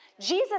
Jesus